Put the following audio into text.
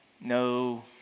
no